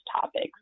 topics